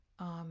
amen